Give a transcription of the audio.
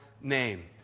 name